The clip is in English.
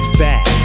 back